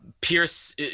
pierce